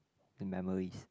in memories